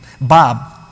Bob